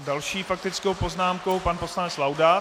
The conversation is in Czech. Další s faktickou poznámkou pan poslanec Laudát.